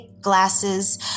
glasses